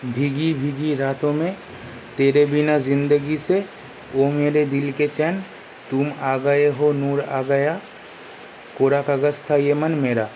ভিগি ভিগি রাতো মে তেরে বিনা জিন্দেগি সে ও মেরে দিলকে চ্যান তুম আ গায়ে হো নুর আগায়া কোরা কাগাজ থা ইয়ে মান মেরা